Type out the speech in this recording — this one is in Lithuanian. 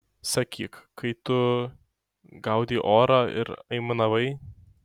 sakyk kai tu gaudei orą ir aimanavai